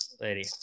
lady